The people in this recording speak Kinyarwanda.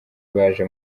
baje